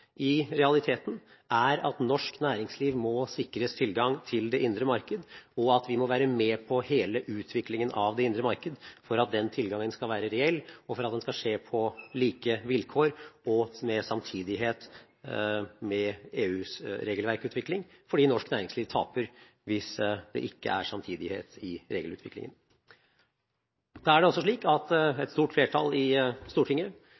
er at norsk næringsliv må sikres tilgang til det indre marked, og at vi må være med på hele utviklingen av det indre marked for at den tilgangen skal være reell, og for at den skal skje på like vilkår og samtidig med EUs regelverksutvikling, fordi norsk næringsliv taper hvis det ikke er samtidighet i regelutviklingen. Det er også slik at et stort flertall i Stortinget